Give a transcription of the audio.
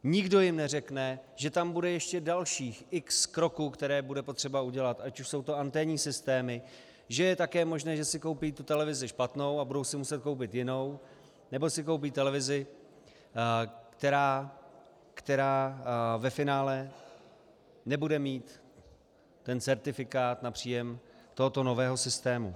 Nikdo jim neřekne, že tam bude ještě dalších x kroků, které bude potřeba udělat, ať už jsou to anténní systémy, že je také možné, že si koupí tu televizi špatnou a budou si muset koupit jinou, nebo si koupí televizi, která ve finále nebude mít certifikát na příjem tohoto nového systému.